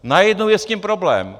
Najednou je s tím problém.